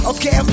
Okay